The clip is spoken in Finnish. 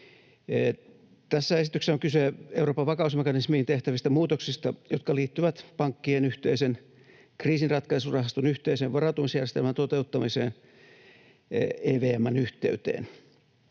Tässä esityksessä on kyse Euroopan vakausmekanismiin tehtävistä muutoksista, jotka liittyvät pankkien yhteisen kriisinratkaisurahaston yhteisen varautumisjärjestelmän toteuttamiseen EVM:n yhteyteen.